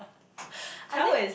I think